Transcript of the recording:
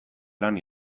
lan